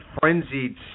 frenzied